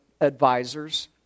advisors